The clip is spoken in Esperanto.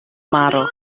maro